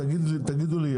אני לא מבין,